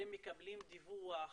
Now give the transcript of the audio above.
אתם מקבלים דיווח,